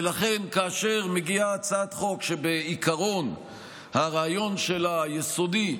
ולכן כאשר מגיעה הצעת חוק שבעיקרון הרעיון היסודי בה,